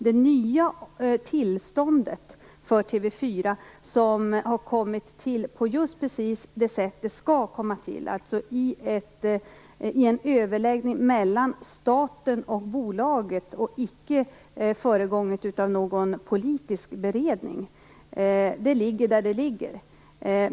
Det nya tillståndet för TV 4 som har kommit till precis på det sätt som det skall komma till, alltså i en överläggning mellan staten och bolaget, icke föregånget av någon politisk beredning. Det ligger där det ligger.